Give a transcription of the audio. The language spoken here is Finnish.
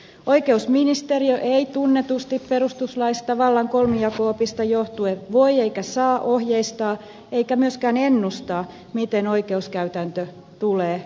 oikeusministeriö ei tunnetusti perustuslaista vallan kolmijako opista johtuen voi eikä saa ohjeistaa eikä myöskään ennustaa miten oikeuskäytäntö tulee muodostumaan